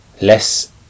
less